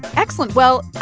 excellent. well,